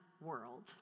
world